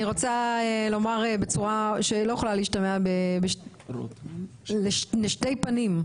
אני רוצה לומר בצורה שלא יכולה להשתמע לשתי פנים,